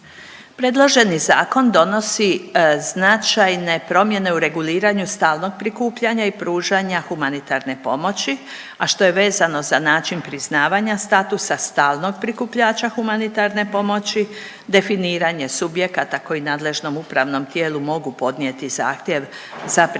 Predloženi zakon donosi značajne promjene u reguliranju stalnog prikupljanja i pružanja humanitarne pomoći, a što je vezano za način priznavanja statusa stalnog prikupljača humanitarne pomoći, definiranje subjekata koji nadležnom upravnom tijelu mogu podnijeti zahtjev za priznavanje